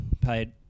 paid